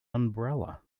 umbrella